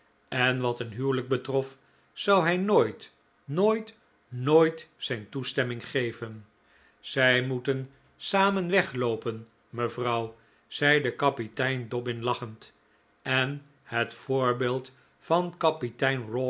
en wat een huwelijk betrof zou hij nooit nooit nooit zijn toestemming geven zij moeten samen wegloopen mevrouw zeide kapitein dobbin lachend en het voorbeeld van kapitein